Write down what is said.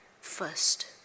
first